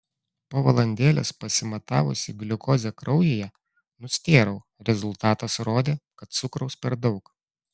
po valandėlės pasimatavusi gliukozę kraujyje nustėrau rezultatas rodė kad cukraus per daug